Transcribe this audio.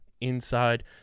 inside